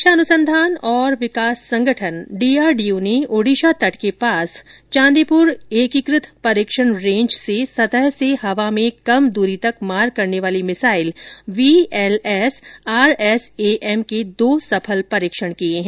रक्षा अनुसंधान और विकास संगठन डीआरडीओ ने ओडिशा तट के पास चांदीपुर एकीकृत परीक्षण रेंज से सतह से हवा में कम दूरी तक मार करने वाली भिसाइल वीएल एसआरएस एएम के दो सफल परीक्षण किए हैं